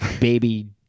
baby